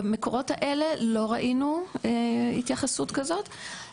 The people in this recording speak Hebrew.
במקורות האלה לא ראינו התייחסות כזאת.